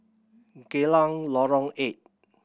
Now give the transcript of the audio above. Geylang Lorong Eight